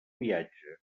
viatge